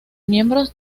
miembros